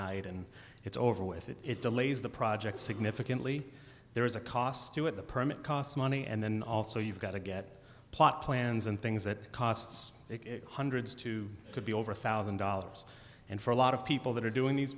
night and it's over with if it delays the project significantly there is a cost to it the permit costs money and then also you've got to get plot plans and things that costs hundreds to could be over a thousand dollars and for a lot of people that are doing these